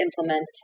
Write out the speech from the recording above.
implement